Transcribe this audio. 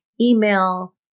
email